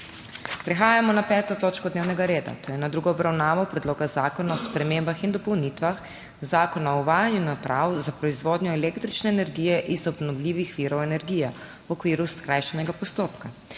prekinjeno 5. točko dnevnega reda, to je s tretjo obravnavo Predloga zakona o spremembah in dopolnitvah Zakona o uvajanju naprav za proizvodnjo električne energije iz obnovljivih virov energije v okviru skrajšanega postopka**.